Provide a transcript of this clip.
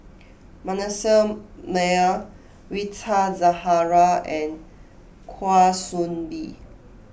Manasseh Meyer Rita Zahara and Kwa Soon Bee